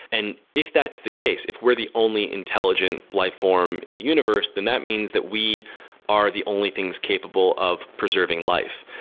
and if that's the case, if we're the only intelligent life form in the universe, then that means that we are the only things capable of preserving life.